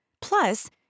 Plus